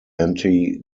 anti